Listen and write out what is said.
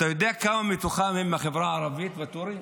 אתה יודע כמה מתוכם הם מהחברה הערבית, ואטורי?